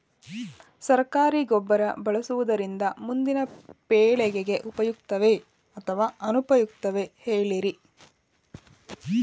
ಸರಕಾರಿ ಗೊಬ್ಬರ ಬಳಸುವುದರಿಂದ ಮುಂದಿನ ಪೇಳಿಗೆಗೆ ಉಪಯುಕ್ತವೇ ಅಥವಾ ಅನುಪಯುಕ್ತವೇ ಹೇಳಿರಿ